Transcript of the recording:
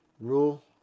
rule